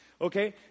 okay